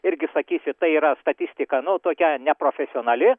irgi sakysit tai yra statistika nu tokia neprofesionali